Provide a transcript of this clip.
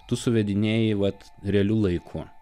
tu suvedinėji vat realiu laiku